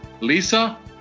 Lisa